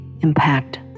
impact